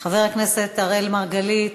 חבר הכנסת אראל מרגלית,